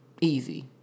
easy